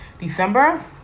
December